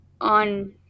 on